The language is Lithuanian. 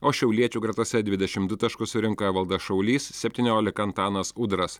o šiauliečių gretose dvidešimt du taškus surinko evaldas šaulys septyniolika antanas udras